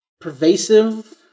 pervasive